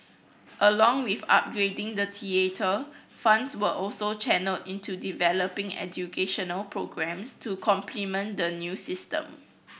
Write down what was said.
along with upgrading the theatre funds were also channelled into developing educational programmes to complement the new system